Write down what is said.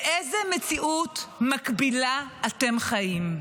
באיזה מציאות מקבילה אתם חיים?